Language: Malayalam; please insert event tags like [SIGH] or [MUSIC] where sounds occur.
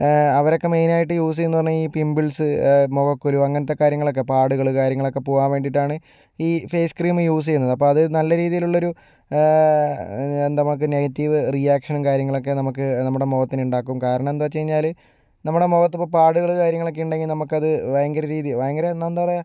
അവരൊക്കെ മെയിൻ ആയിട്ട് യൂസ് ചെയ്യുന്നതെന്ന് പറഞ്ഞാൽ ഈ പിംപിൾസ് മുഖക്കുരു അങ്ങനത്തെ കാര്യങ്ങളൊക്കെ പാടുകൾ കാര്യങ്ങൾ ഒക്കെ പോകാൻ വേണ്ടിയിട്ടാണ് ഈ ഫേസ് ക്രീം യൂസ് ചെയ്യുന്നത് അപ്പോൾ അത് നല്ല ഒരു [UNINTELLIGIBLE] നെഗറ്റീവ് റിയാക്ഷൻ കാര്യങ്ങളൊക്കെ നമുക്ക് നമ്മുടെ മുഖത്തിന് ഉണ്ടാക്കും കാരണം എന്താ വെച്ച് കഴിഞ്ഞാൽ നമ്മുടെ മുഖത്ത് ഇപ്പോൾ പാടുകൾ കാര്യങ്ങളൊക്കെ ഉണ്ടെങ്കിൽ നമുക്ക് അത് ഭയങ്കരരീതി ഭയങ്കര എന്താ പറയുക